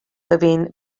between